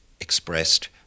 expressed